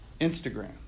Instagram